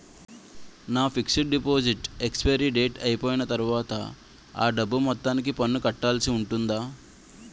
నా fixed deposit expiry date అయిపోయిన తర్వాత అ డబ్బు మొత్తానికి పన్ను కట్టాల్సి ఉంటుందా?